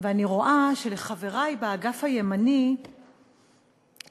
ואני רואה שחברי באגף הימני לקחו